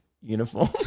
uniform